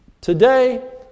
Today